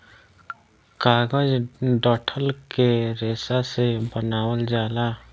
कागज डंठल के रेशा से बनावल जाला